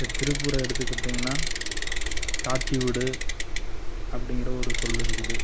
இப்போ திருப்பூர் எடுத்துக்கிட்டிங்கனா தாத்திவுடு அப்படிங்குற ஒரு சொல் இருக்குது